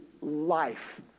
life